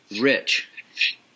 rich